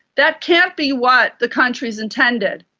that can't be what the countries intended.